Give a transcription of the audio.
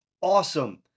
awesome